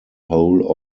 whole